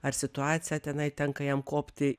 ar situaciją tenai tenka jam kopti